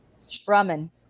ramen